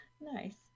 Nice